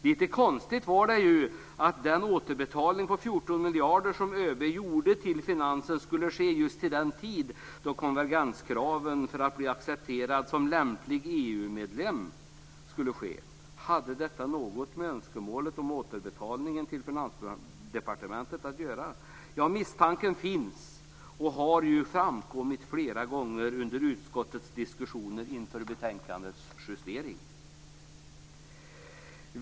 Lite konstigt var det ju att den återbetalning på 14 miljarder som ÖB gjorde till finansen skulle ske just vid tiden för konvergenskraven för att bli accepterad som lämplig EU-medlem. Hade detta något med önskemålet om återbetalningen till Finansdepartementet att göra? Ja, misstanken finns och har framkommit flera gånger under utskottets diskussioner inför betänkandets justering.